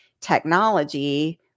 technology